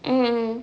mmhmm